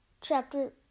chapter